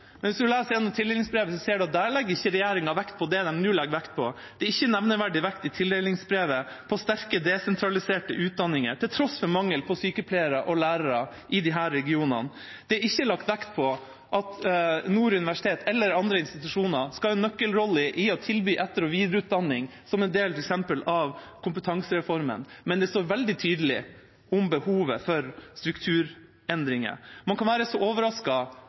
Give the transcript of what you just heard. men hvis man leser igjennom tildelingsbrevet, ser man at der legger ikke regjeringa vekt på det de nå legger vekt på. Det er i tildelingsbrevet ikke nevneverdig vekt på sterke, desentraliserte utdanninger, til tross for mangel på sykepleiere og lærere i disse regionene. Det er ikke lagt vekt på at Nord universitet eller andre institusjoner skal ha en nøkkelrolle i å tilby etter- og videreutdanning, f.eks. som en del av kompetansereformen, men det står veldig tydelig om behovet for strukturendringer. Man kan være så